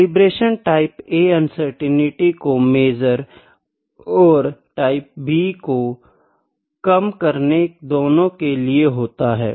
calibration type A uncertainty को measure और type B को कम करने दोनों के लिए होता है